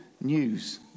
news